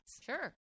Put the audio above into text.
Sure